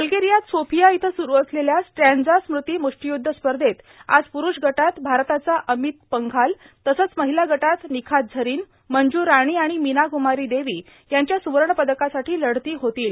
बल्गेरियात Sofia इथं सुरु असलेल्या स्ट्रँडजा स्मृती मृष्टियूद्व स्पर्धेत आज प्रुष गटात भारताचा अमित पंघाल तसंच महिला गटात निखात झरीन मंजू राणी आणि मीना क्मारी देवी यांच्या सुवर्णपदकासाठी लढती होतील